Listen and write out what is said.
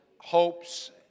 hopes